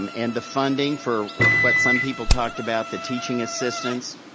um and the funding for what some people talked about, the teaching assistants,